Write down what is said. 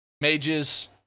mages